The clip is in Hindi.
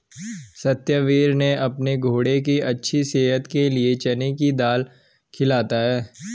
सत्यवीर ने अपने घोड़े की अच्छी सेहत के लिए चने की दाल खिलाता है